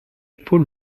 paul